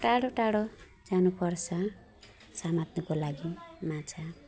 टाढो टाढो जानुपर्छ समात्नुको लागि माछा